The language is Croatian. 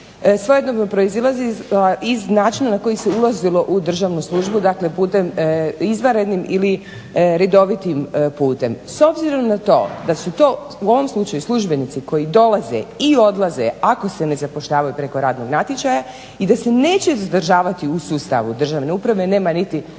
svojedobno proizlazila iz načina na koji se ulazilo u državnu službu dakle putem izvanrednim ili redovitim putem. S obzirom na to da su to u ovom slučaju službenici koji dolaze i odlaze ako se ne zapošljavaju preko radnog natječaja i da se neće zadržavati u sustavu državne uprave nema niti potrebe